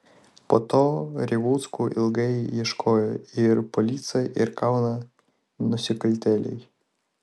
po to revuckų ilgai ieškojo ir policija ir kauno nusikaltėliai